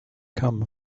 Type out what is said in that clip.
come